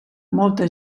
molta